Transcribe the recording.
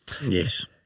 Yes